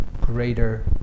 greater